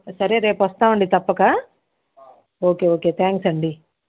సరే రేపు వస్తామండి తప్పక ఓకే ఓకే థ్యాంక్స్ అండి